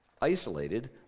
Isolated